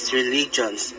religions